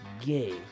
gay